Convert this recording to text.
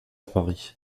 paris